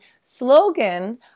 slogan